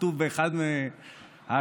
כתוב באחד מהאתרים.